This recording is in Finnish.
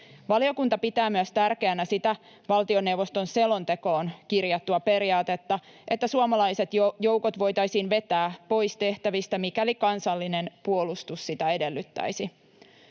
Valiokunta pitää tärkeänä myös sitä valtioneuvoston selontekoon kirjattua periaatetta, että suomalaiset joukot voitaisiin vetää pois tehtävistä, mikäli kansallinen puolustus sitä edellyttäisi.